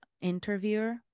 interviewer